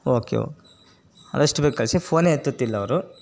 okay okay ಆದಷ್ಟು ಬೇಗ ಕಳಿಸಿ ಫೋನೇ ಎತ್ತುತ್ತಿಲ್ಲ ಅವರು